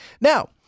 Now